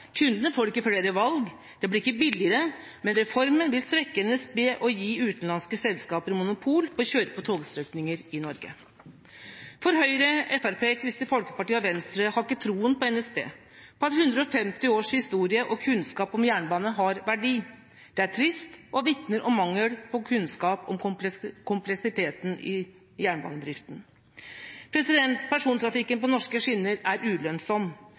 Kundene får ikke flere valg. Det blir ikke billigere. Reformen vil svekke NSB og gi utenlandske selskaper monopol på å kjøre på togstrekninger i Norge. Høyre, Fremskrittspartiet, Kristelig Folkeparti og Venstre har ikke tro på NSB, på at 150 års historie og kunnskap om jernbane har verdi. Det er trist og vitner om mangel på kunnskap om kompleksiteten i jernbanedrifta. Persontrafikken på norske skinner er ulønnsom.